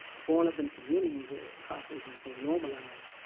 growing up in a community where incarceration was so normalized,